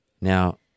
Now